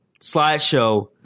slideshow